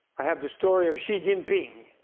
i have the story of xi jinping.